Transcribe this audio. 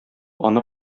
аны